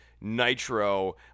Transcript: Nitro